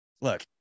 look